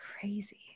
Crazy